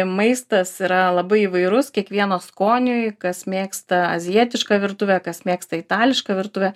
maistas yra labai įvairus kiekvieno skoniui kas mėgsta azijietišką virtuvę kas mėgsta itališką virtuvę